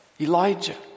Elijah